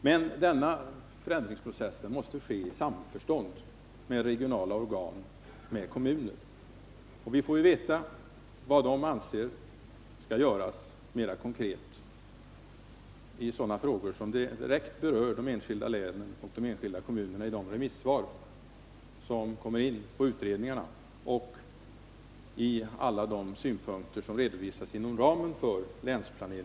Men denna process måste äga rum i samförstånd med regionala organ och med kommuner. Efter utredningarna får vi remissvar, liksom också synpunkter från arbetet med Länsplanering 80. Då får vi mer konkret veta vad de olika organen och kommunerna anser att vi bör göra beträffande de frågor som mera direkt berör enskilda län och kommuner.